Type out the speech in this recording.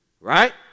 Right